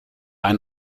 ein